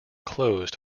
closed